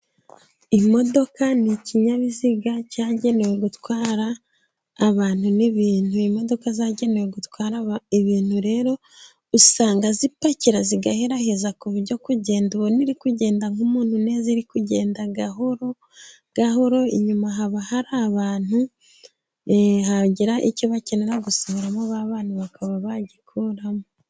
Imodoka ni ikinyabiziga cyagenewe gutwara abantu n'ibintu, imodoka zagenewe gutwara ibintu rero, usanga zipakira zigaheraheza ku buryo kugenda ubona iri kugenda nk'umuntu neza iri kugenda gahoro gahoro. Inyuma haba hari abantu, hagira icyo bakenera gusohoramo bakagikuramo.